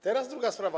Teraz druga sprawa.